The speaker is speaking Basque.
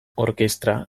orkestra